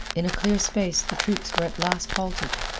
in a clear space the troops were at last halted.